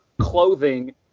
clothing